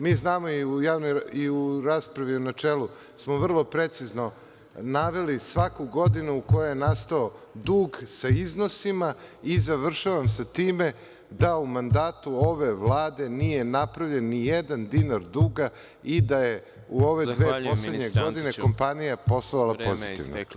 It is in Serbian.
Mi znamo i u raspravi u načelu, smo vrlo precizno naveli svaku godinu u kojoj je nastao dug sa iznosima i završavamo sa time da u mandatu ove Vlade nije napravljen nijedan dinar duga i da je u ove dve poslednje godine poslovao pozitivno.